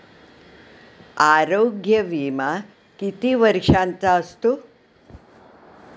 आरोग्य विमा किती वर्षांचा असतो?